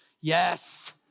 yes